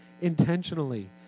intentionally